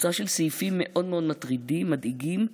זו קבוצה של סעיפים מאוד מאוד מטרידים ומדאיגים.